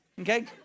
okay